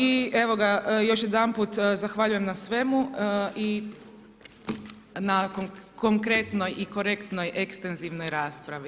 I evo ga, još jedanput zahvaljujem na svemu i na konkretnoj i korektnoj ekstenzivnoj raspravi.